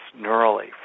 neurally